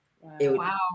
Wow